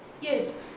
yes